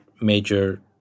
major